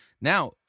Now